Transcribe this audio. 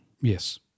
Yes